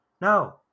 No